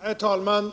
Herr talman!